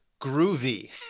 groovy